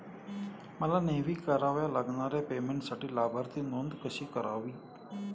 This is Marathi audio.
मला नेहमी कराव्या लागणाऱ्या पेमेंटसाठी लाभार्थी नोंद कशी करावी?